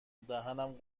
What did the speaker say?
دهنم